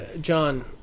John